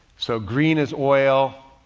so green is oil,